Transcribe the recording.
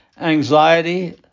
anxiety